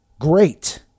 great